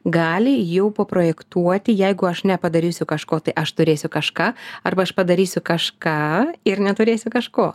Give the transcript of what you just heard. gali jau paprojektuoti jeigu aš nepadarysiu kažko tai aš turėsiu kažką arba aš padarysiu kažką ir neturėsiu kažko